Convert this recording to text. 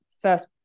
first